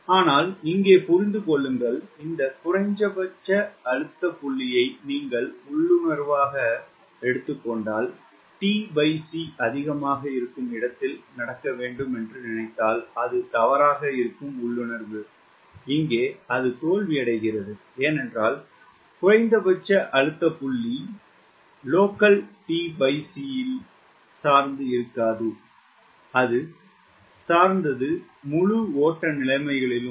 ஆனால் இங்கே புரிந்து கொள்ளுங்கள் இந்த குறைந்தபட்ச அழுத்த புள்ளியை நீங்கள் உள்ளுணர்வாக tc அதிகபட்சமாக இருக்கும் இடத்தில் நடக்க வேண்டும் என்று நினைத்தால் அது தவறாக இருக்கும் உள்ளுணர்வு இங்கே தோல்வியடைகிறது ஏனென்றால் குறைந்தபட்ச அழுத்த புள்ளி உள்ளூர் tc ஆல் சார்ந்து இருக்காது அது சார்ந்தது முழு ஓட்ட நிலைமைகளிலும்